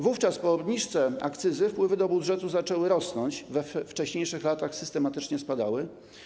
Wówczas, po obniżce akcyzy, wpływy do budżetu zaczęły rosnąć - we wcześniejszych latach systematycznie spadały.